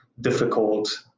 difficult